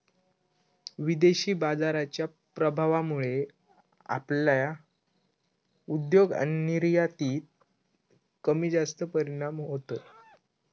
विदेशी बाजाराच्या प्रभावामुळे आपल्या उद्योग आणि निर्यातीत कमीजास्त परिणाम होतत